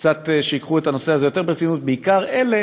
קצת שייקחו את הנושא הזה יותר ברצינות, בעיקר אלה